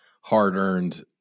hard-earned